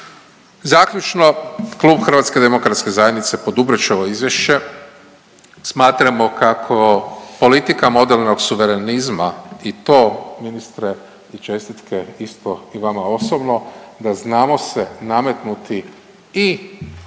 Zaključno, Klub HDZ poduprijet će ovo izvješće. Smatramo kako politika modernog suverenizma i to ministre i čestitke isto i vama osobno da znamo se nametnuti i